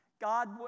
God